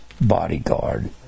bodyguard